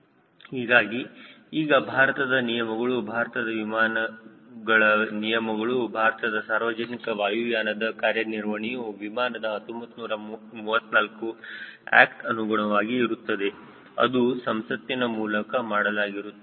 ಹೀಗಾಗಿ ಈಗ ಭಾರತದ ನಿಯಮಗಳು ಭಾರತದ ವಿಮಾನಗಳ ನಿಯಮಗಳು ಭಾರತದ ಸಾರ್ವಜನಿಕ ವಾಯುಯಾನದ ಕಾರ್ಯನಿರ್ವಹಣೆಯು ವಿಮಾನದ 1934 ಆಕ್ಟ್ ಅನುಗುಣವಾಗಿ ಇರುತ್ತದೆ ಅದು ಸಂಸತ್ತಿನ ಮೂಲಕ ಮಾಡಲಾಗಿರುತ್ತದೆ